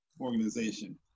organization